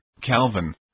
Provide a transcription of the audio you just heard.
Calvin